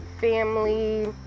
family